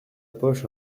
poche